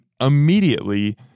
immediately